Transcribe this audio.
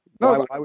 No